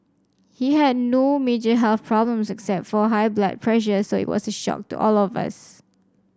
he had no major health problems except for high blood pressure so it was a shock to all of us